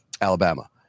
Alabama